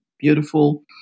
beautiful